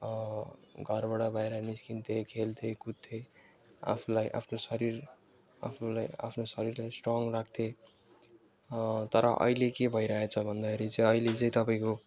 घरबाट बाहिर निस्किन्थे खेल्थे कुद्थे आफूलाई आफ्नो शरिर आफ्नोलाई आफ्नो शरीरलाई स्ट्रङ राख्थे तर अहिले के भइरहेछ भन्दाखेरि चाहिँ अहिले चाहिँ तपाईँको